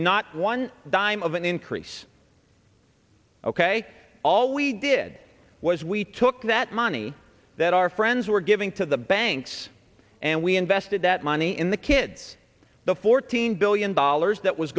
not one dime of an increase ok all we did was we took that money that our friends were giving to the banks and we invested that money in the kids the fourteen billion dollars that was